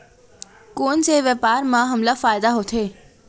कोन से व्यापार म हमला फ़ायदा होथे?